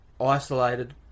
isolated